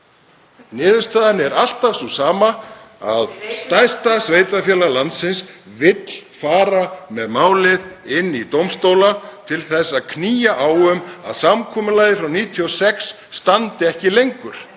Niðurstaðan er alltaf sú sama: Stærsta sveitarfélag landsins vill fara með málið til dómstóla til að knýja á um að samkomulagið frá 1996 standi ekki lengur.